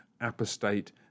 apostate